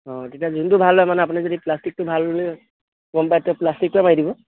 অ তেতিয়া যোনটো ভাল হয় মানে আপুনি যদি প্লাষ্টিকটো ভাল হয় বুলি গম পায় তেতিয়া প্লাষ্টিকটোৱে মাৰি দিব